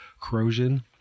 corrosion